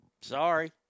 Sorry